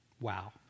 wow